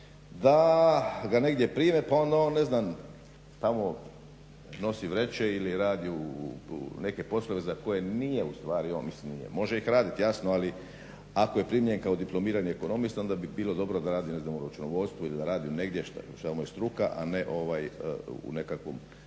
da ga negdje prime pa on onda ne znam tamo nosi vreće ili radi neke poslove za koje nije ustvari … može ih raditi jasno ali ako je primljen kao diplomirani ekonomist onda bi bilo dobro da radi ne znam u računovodstvu ili da radi negdje u čemu je struka a ne u nekakvom